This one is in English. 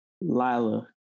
Lila